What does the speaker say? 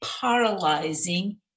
paralyzing